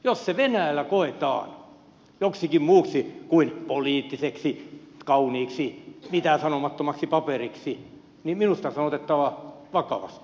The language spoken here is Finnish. jos se venäjällä koetaan joksikin muuksi kuin poliittiseksi kauniiksi mitäänsanomattomaksi paperiksi niin minusta se on otettava vakavasti